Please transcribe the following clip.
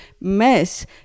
mess